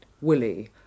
Willie